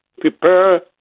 prepare